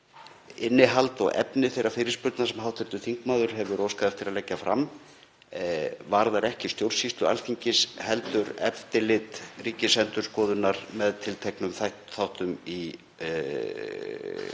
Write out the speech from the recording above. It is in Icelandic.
Innihald og efni þeirrar fyrirspurnar sem hv. þingmaður hefur óskað eftir að leggja fram varða ekki stjórnsýslu Alþingis heldur eftirlit Ríkisendurskoðunar með tilteknum þáttum í framkvæmd